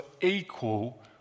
equal